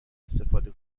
استفاده